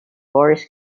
boris